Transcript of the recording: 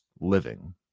living